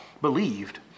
believed